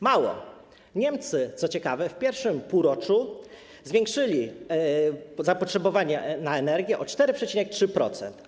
Mało tego, Niemcy, co ciekawe, w pierwszym półroczu zwiększyli zapotrzebowanie na energię o 4,3%.